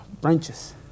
branches